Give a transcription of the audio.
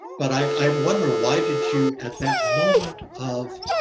but i wonder why didn't you at that moment of,